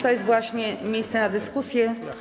To jest właśnie miejsce na dyskusję.